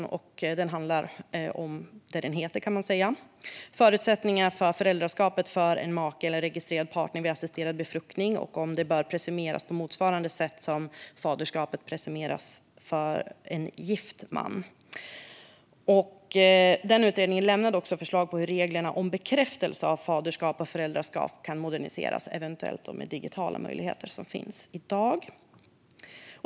Man kan säga att den handlar om vad den heter, nämligen förutsättningar för föräldraskapet för en make eller registrerad partner vid assisterad befruktning och om det bör presumeras på motsvarande sätt som faderskap presumeras för en gift man. Utredningen lämnade också förslag på hur reglerna om bekräftelse av faderskap och föräldraskap kan moderniseras, eventuellt med de digitala möjligheter som finns i dag.